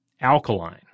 Alkaline